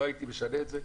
לא הייתי משנה את זה.